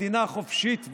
מדינה חופשית ודמוקרטית.